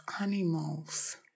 animals